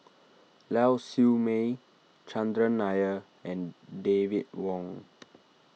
Lau Siew Mei Chandran Nair and David Wong